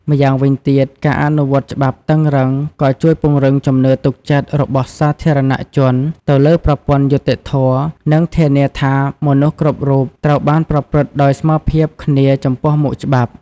ម្យ៉ាងវិញទៀត ការអនុវត្តច្បាប់តឹងរ៉ឹងក៏ជួយពង្រឹងជំនឿទុកចិត្តរបស់សាធារណជនទៅលើប្រព័ន្ធយុត្តិធម៌ និងធានាថាមនុស្សគ្រប់រូបត្រូវបានប្រព្រឹត្តដោយស្មើភាពគ្នាចំពោះមុខច្បាប់។